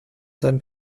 seinen